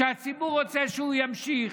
כשהציבור רוצה שהוא ימשיך.